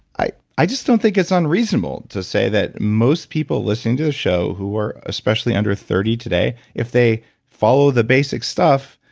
i i just don't think it's unreasonable to say that most people listen to the show who were especially under thirty today, if they follow the basic stuff,